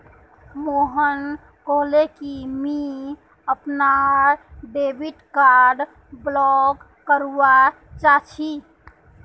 मोहन कहले कि मुई अपनार डेबिट कार्ड ब्लॉक करवा चाह छि